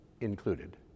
included